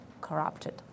corrupted